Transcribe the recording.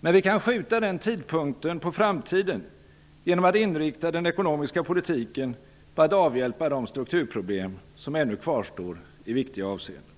Men vi kan skjuta den tidpunkten på framtiden genom att inrikta den ekonomiska politiken på att avhjälpa de strukturproblem som ännu kvarstår i viktiga avseenden.